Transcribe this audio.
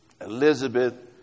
Elizabeth